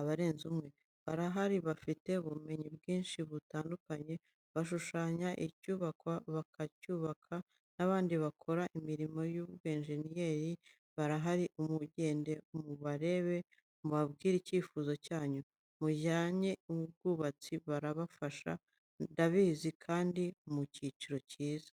abarenze umwe. Barahari bafite ubumenyi bwinshi butandukanye, bashushanya icyubakwa, bakacyubaka, n'abandi bakora imirimo y'ubwenjeniyeri barahari, mugende mubarebe mubabwire icyifuzo cyanyu, mubijyanye n'ubwubatsi barabafasha ndabizi kandi ku giciro cyiza.